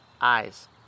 eyes